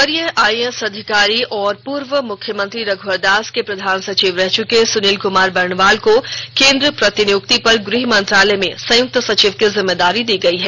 वरीय आइएएस अधिकारी और पूर्व मुख्यमंत्री रघुवर दास के प्रधान सचिव रह चुके सुनील कुमार वर्णवाल को केंद्रीय प्रतिनियुक्ति पर गृह मंत्रालय में संयुक्त सचिव की जिम्मेदारी दी गई है